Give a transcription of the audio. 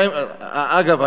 אגב,